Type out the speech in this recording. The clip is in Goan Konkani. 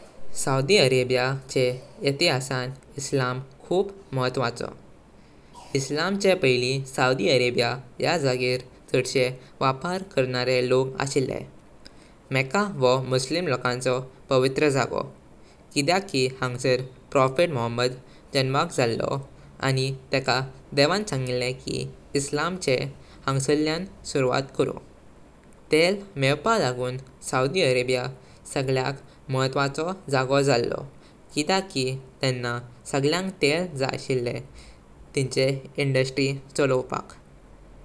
सौदी अरेबिया चे इतिहासान इस्लाम खुब महत्वाचो। इस्लाम चे पयली सौदी अरेबिया याह जगर छडशे वप्पार कर्ने लोग आशिले। मक्का वोह मुसलिम लोकांचो पवित्र जागो। किद्याक कि हंगसर प्रॉफेट मुहम्मद जनमाक झालो आनी तेका देवाण सांगले की इस्लाम चे हंगसारल्यां सुरवात करू। तेल मेवप लागून सौदी अरेबिया सगळ्यक महत्वाच जागो झालो किद्याक कि तेनना सांगल्यांग तेल जाई आशिले तिंचे इंडस्ट्री चलोवपाक।